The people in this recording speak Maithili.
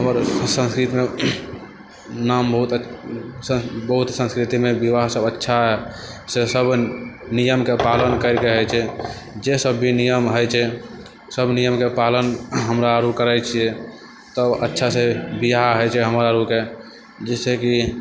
हमर संस्कृतिमे नाम बहुत अच्छा बहुत सब संस्कृतिमे विवाह सब बहुत अच्छासँ सब नियमके पालन करिकऽ होइ छै जे सब भी नियम होइ छै सब नियमके पालन हमरा आर करै छी तब अच्छा से बियाह होइ छै जे छै कि